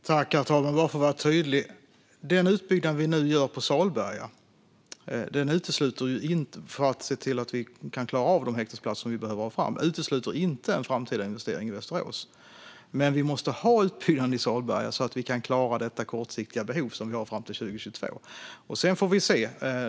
Herr talman! Bara för att vara tydlig: Den utbyggnad vi nu gör på Salberga för att klara de häktesplatser som vi behöver få fram utesluter inte en framtida investering i Västerås, men vi måste ha utbyggnaden i Salberga så att vi kan klara det kortsiktiga behov vi har fram till 2022.